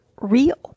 real